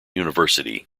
university